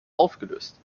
aufgelöst